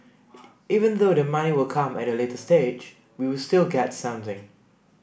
even though the money will come at a later stage we still get something